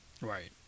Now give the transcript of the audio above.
Right